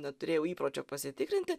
neturėjau įpročio pasitikrinti